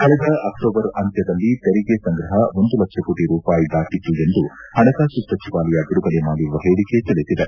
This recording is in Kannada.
ಕಳೆದ ಅಕ್ಲೋಬರ್ ಅಂತ್ಲದಲ್ಲಿ ತೆರಿಗೆ ಸಂಗ್ರಹ ಒಂದು ಲಕ್ಷ ಕೋಟ ರೂಪಾಯಿ ದಾಟತ್ತು ಎಂದು ಹಣಕಾಸು ಸಚಿವಾಲಯ ಬಿಡುಗಡೆ ಮಾಡಿರುವ ಹೇಳಿಕೆ ತಿಳಿಸಿದೆ